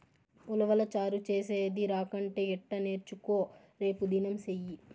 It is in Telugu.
ఉలవచారు చేసేది రాకంటే ఎట్టా నేర్చుకో రేపుదినం సెయ్యి